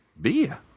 beer